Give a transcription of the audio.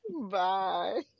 Bye